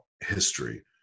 history